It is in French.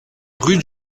rue